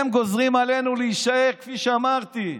הם גוזרים עלינו להישאר, כפי שאמרתי,